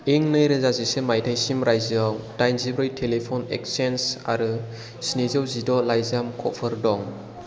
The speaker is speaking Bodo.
इं नैरोजा जिसे माइथायसिम रायजोयाव दाइनजिब्रै टेलिफन एक्सचेन्ज आरो सिनिजौ जिद' लाइजामख'फोर दं